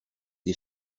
des